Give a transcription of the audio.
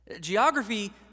Geography